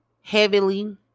heavily